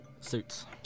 Suits